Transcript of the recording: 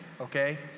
okay